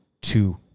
two